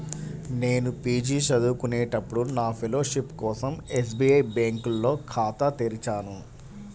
నేను పీజీ చదువుకునేటప్పుడు నా ఫెలోషిప్ కోసం ఎస్బీఐ బ్యేంకులో ఖాతా తెరిచాను